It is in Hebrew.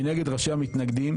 מנגד ראשי המתנגדים,